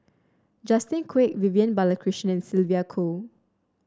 Justin Quek Vivian Balakrishnan and Sylvia Kho